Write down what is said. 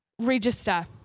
register